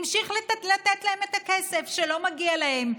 המשיך לתת להם את הכסף שלא מגיע להם.